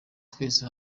twese